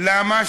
למה?